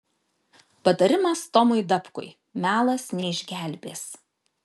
patarimas tomui dapkui melas neišgelbės